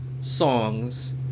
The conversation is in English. songs